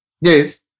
Yes